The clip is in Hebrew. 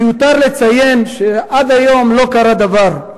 מיותר לציין שעד היום לא קרה דבר.